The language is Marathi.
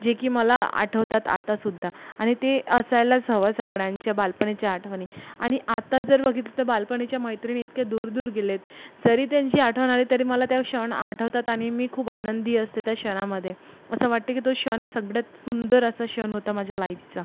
जे की मला आठवतात आतासुद्धा आणि ते असायलास हवं सगळ्यांच्या बालपणीच्या आठवणी आणि आत्ता जर बघितलं तर बालपणीच्या मैत्रिणी इतक्या दूर दूर गेलेत जरी त्यांची आठवण आली तरी मला त्या क्षण आठवतात आणि मी खूप आनंदी असते त्या क्षणामध्ये असं वाटते की तो क्षण सगळ्यात सुंदर असा क्षण होता माझ्या लाईफसा